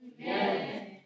Amen